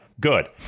good